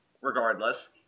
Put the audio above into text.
regardless